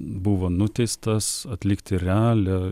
buvo nuteistas atlikti realią